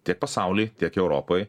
tiek pasauly tiek europoj